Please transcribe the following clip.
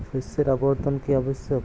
শস্যের আবর্তন কী আবশ্যক?